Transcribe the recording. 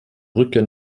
rückkehr